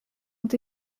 ont